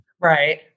Right